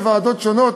בוועדות שונות,